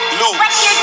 lose